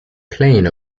plain